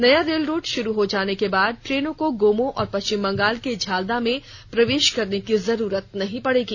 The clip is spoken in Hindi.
नया रेल रूट शुरू हो जाने के बाद ट्रेनों को गोमो और पश्चिम बंगाल के झालदा में प्रवेश करने की जरूरत नहीं पड़ेगी